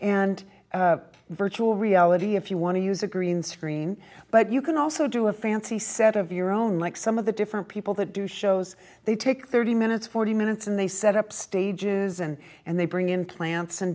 and a virtual reality if you want to use a green screen but you can also do a fancy set of your own like some of the different people that do shows they take thirty minutes forty minutes and they set up stages and and they bring in plants and